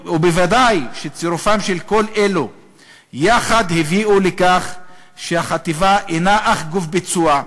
ובוודאי שצירופם של כל אלה יחד הביאו לכך שהחטיבה אינה אך גוף ביצוע,